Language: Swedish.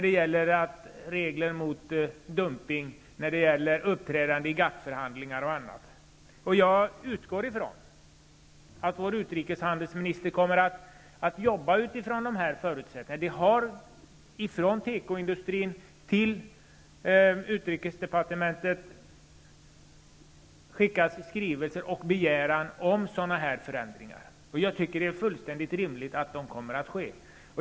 Det gäller regler mot dumpning, uppträdande i GATT-förhandlingar och annat. Jag utgår ifrån att vår utrikeshandelsminister kommer att jobba utifrån dessa förutsättningar. Det har från tekoindustrin till utrikesdepartementet skickats skrivelser och begäran om sådana här förändringar. Jag tycker att det är fullständigt rimligt att de sker.